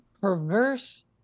perverse